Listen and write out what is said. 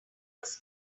was